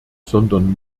sondern